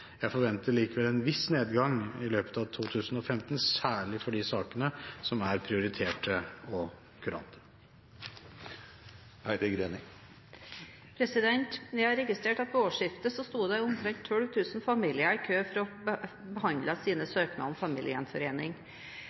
Jeg forventer likevel en viss nedgang i løpet av 2015, særlig for de sakene som er prioriterte og kurante. Vi har registrert at ved årsskiftet sto omtrent 12 000 familier i kø for å få behandlet sine søknader om familiegjenforening.